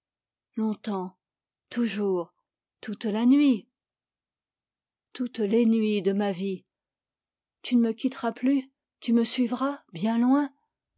longtemps toujours toute la nuit toutes les nuits de ma vie tu ne me quitteras plus tu me suivras bien loin